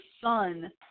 son